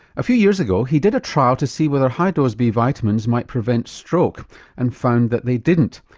a few years ago he did a trial to see whether high dose b vitamins might prevent stroke and found that they didn't,